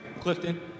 Clifton